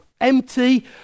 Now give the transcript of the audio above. empty